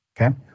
Okay